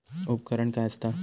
उपकरण काय असता?